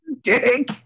dick